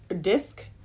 disc